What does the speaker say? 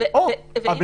אי-אפשר את שניהם.